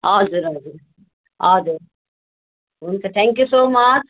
हजुर हजुर हजुर हुन्छ थ्याङ्कयू सो मच